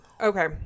Okay